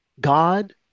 God